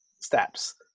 steps